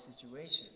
situation